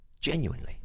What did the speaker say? genuinely